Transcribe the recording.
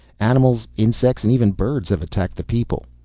animals, insects and even birds have attacked the people.